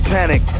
Panic